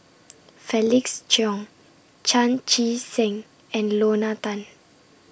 Felix Cheong Chan Chee Seng and Lorna Tan